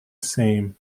same